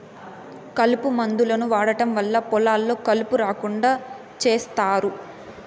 కలుపు మందులను వాడటం వల్ల పొలాల్లో కలుపు రాకుండా చేత్తారు